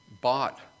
bought